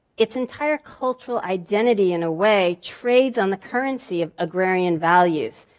its entire cultural identity in a way trades on the currency of agrarian values.